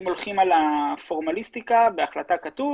אם הולכים על הפורמליסטיקה בהחלטה כתוב